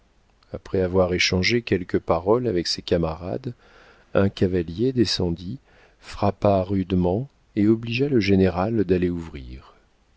après avoir échangé quelques paroles avec ses camarades un cavalier descendit frappa rudement et obligea le général d'aller ouvrir